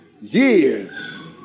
years